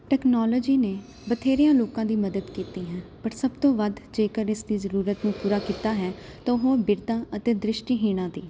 technology ਨੇ ਬਥੇਰਿਆਂ ਲੋਕਾਂ ਦੀ ਮਦਦ ਕੀਤੀ ਹੈ ਬਟ ਸਭ ਤੋਂ ਵੱਧ ਜੇਕਰ ਇਸ ਦੀ ਜ਼ਰੂਰਤ ਨੂੰ ਪੂਰਾ ਕੀਤਾ ਹੈ ਤਾਂ ਉਹ ਬਿਰਧਾਂ ਅਤੇ ਦ੍ਰਿਸ਼ਟੀਹੀਣਾਂ ਦੀ